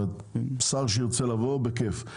וכמובן בכייף.